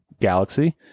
galaxy